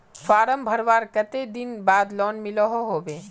Form भरवार कते दिन बाद लोन मिलोहो होबे?